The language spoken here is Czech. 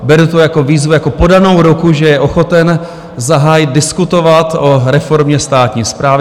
Beru to jako výzvu, jako podanou ruku, že je ochoten zahájit diskutovat o reformě veřejné správy.